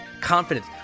confidence